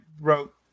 wrote